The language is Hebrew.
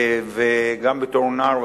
וגם בתור נער,